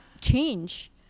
change